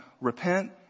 Repent